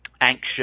anxious